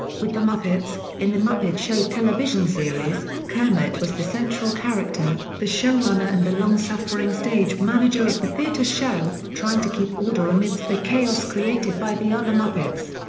with the muppets in the muppet show television series, kermit was the central character, the showrunner and the long-suffering stage manager of the theatre show, trying to keep order amidst the chaos created by the other muppets.